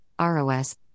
ROS